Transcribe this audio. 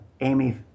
Amy